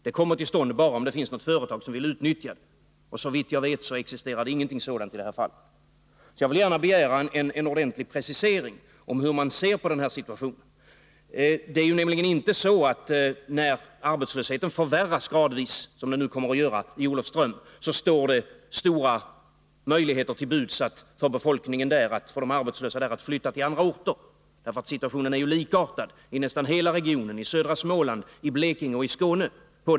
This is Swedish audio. Det kommer till stånd bara om det finns företag som vill utnyttja det, och såvitt jag vet existerar det inget sådant företag i det här fallet. Jag vill gärna begära en ordentlig precisering av hur man ser på den här situationen. Det är nämligen inte så, att när arbetslösheten gradvis förvärras, som den nu kommer att göra i Olofström, står det stora möjligheter till buds för de arbetslösa där att flytta till andra orter. Situationen är likartad i nästan hela regionen — i södra Småland, i Blekinge och i Skåne.